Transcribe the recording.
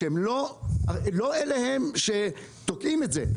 כאשר לא הם אלה שתוקעים את זה.